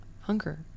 hunger